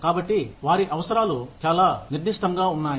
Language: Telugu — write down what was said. కాబట్టి వారి అవసరాలు చాలా నిర్దిష్టంగా ఉన్నాయి